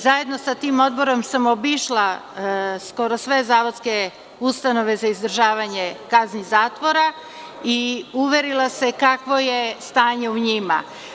Zajedno sa tim odborom sam obišla skoro sve zavodske ustanove za izdržavanje kazni zatvora i uverila sam se kakvo je stanje u njima.